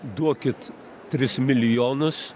duokit tris milijonus